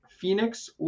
Phoenix